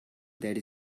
that